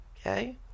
okay